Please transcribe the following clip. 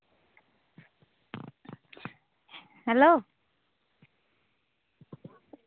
hello